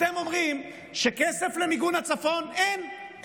אתם אומרים שכסף למיגון הצפון, אין.